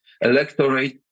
electorate